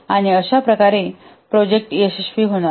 आणि अशा प्रकारे प्रोजेक्ट यशस्वी होणार नाही